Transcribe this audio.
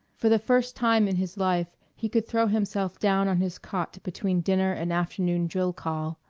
for the first time in his life he could throw himself down on his cot between dinner and afternoon drill-call,